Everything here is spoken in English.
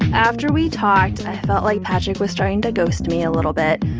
after we talked, i felt like patrik was trying to ghost me a little bit.